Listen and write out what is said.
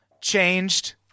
changed